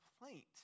complaint